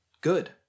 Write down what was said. good